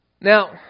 Now